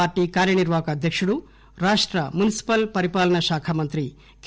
party కార్యనిర్వాహక అధ్యకుడు రాష్ట మున్సిపల్ పరిపాలన శాఖ మంత్రి కె